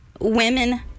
women